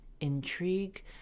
intrigue